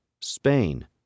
Spain